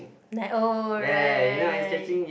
like oh right right ya